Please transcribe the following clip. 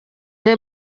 the